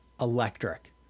electric